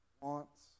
wants